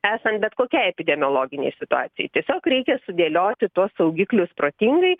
esant bet kokiai epidemiologinei situacijai tiesiog reikia sudėlioti tuos saugiklius protingai